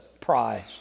prize